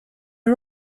are